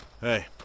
hey